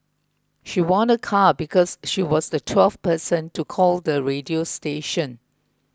she won a car because she was the twelfth person to call the radio station